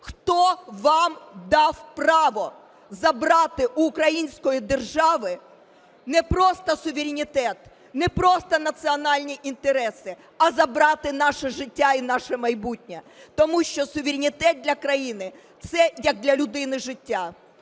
Хто вам дав право забрати в української держави не просто суверенітет, не просто національні інтереси, а забрати наше життя і наше майбутнє? Тому що суверенітет для країни – це як для людини життя.